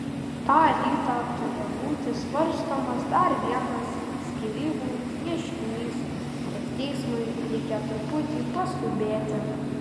tą rytą turėjo būti svarstomas dar vienas skyrybų ieškinys ir teismui reikėjo truputį paskubėti